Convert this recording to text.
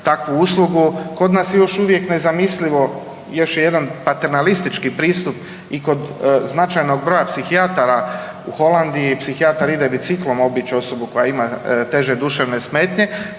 takvu uslugu, kod nas je još uvijek nezamislivo još je jedan paternalistički pristup i kod značajnog broj psihijatara u Holandiji psihijatar ide biciklom obići osobu koja ima teže duševne smetnje,